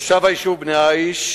תושב היישוב בני-עי"ש,